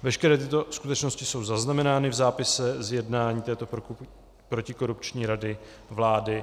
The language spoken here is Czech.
Veškeré tyto skutečnosti jsou zaznamenány v zápise z jednání této protikorupční rady vlády.